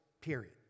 Period